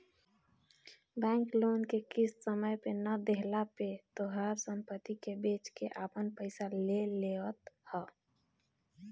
bank loan के किस्त समय पे ना देहला पे तोहार सम्पत्ति के बेच के आपन पईसा ले लेवत ह